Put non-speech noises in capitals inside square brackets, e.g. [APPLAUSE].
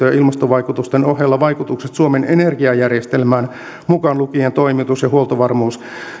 [UNINTELLIGIBLE] ja ilmastovaikutusten ohella vaikutukset suomen energiajärjestelmään mukaan lukien toimitus ja huoltovarmuus